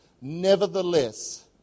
nevertheless